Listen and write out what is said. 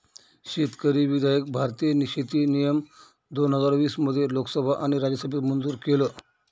शेतकरी विधायक भारतीय शेती नियम दोन हजार वीस मध्ये लोकसभा आणि राज्यसभेत मंजूर केलं